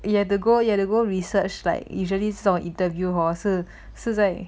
you have to go you have to go research like usually 这种 interview hor 是是在